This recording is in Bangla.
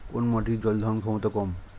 কোন মাটির জল ধারণ ক্ষমতা কম?